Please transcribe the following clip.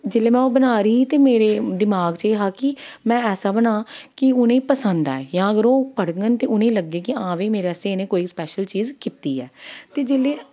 जेल्लै में ओह् बना दी ही ते मेरे दमाक च एह् हा कि में ऐसा बनां कि उ'नें ई पसंद आए जां अगर ओह् पढ़ङन ते उ'नें ई लग्गै कि आं भाई मेरे आस्तै इ'नें कोई स्पेशल चीज़ कीती ऐ ते जेल्लै